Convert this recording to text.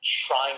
trying